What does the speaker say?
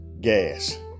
gas